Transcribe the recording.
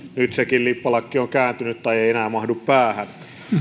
sekin lippalakki on on kääntynyt tai ei enää mahdu päähän